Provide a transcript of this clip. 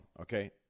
okay